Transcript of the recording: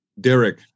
Derek